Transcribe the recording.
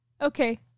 Okay